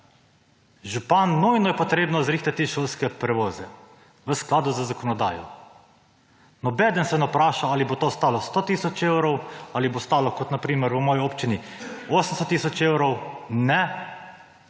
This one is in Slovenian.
Župan, nujno je potrebno zrihtati šolske prevoze v skladu z zakonodajo. Nobeden se ne vpraša ali bo to stalo 100 tisoč evrov ali bo stalo kot na primer v moji občini 80 tisoč evrov. Ne,